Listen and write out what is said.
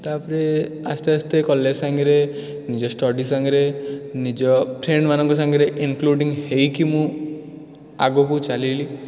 ତା'ପରେ ଆସ୍ତେ ଆସ୍ତେ କଲେଜ୍ ସାଙ୍ଗରେ ନିଜ ଷ୍ଟଡ଼ି ସାଙ୍ଗରେ ନିଜ ଫ୍ରେଣ୍ଡ୍ମାନଙ୍କ ସାଙ୍ଗରେ ଇନ୍କ୍ଲୁଡ଼ିଙ୍ଗ୍ ହୋଇକି ମୁଁ ଆଗକୁ ଚାଲିଲି